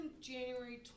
January